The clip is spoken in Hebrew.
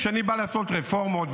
כשאני בא לעשות רפורמות,